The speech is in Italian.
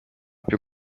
più